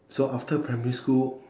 so after primary school